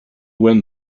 when